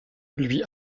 lui